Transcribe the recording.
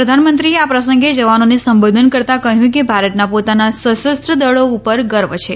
પ્રધાનમંત્રીએ આ પ્રસંગે જવાનોને સંબોધન કરતાં કહ્યું કે ભારતના પોતાના સશસ્ત્ર દળો ઉપર ગર્વ છે